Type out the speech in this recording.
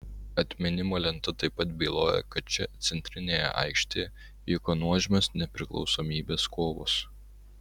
atminimo lenta taip pat byloja kad čia centrinėje aikštėje vyko nuožmios nepriklausomybės kovos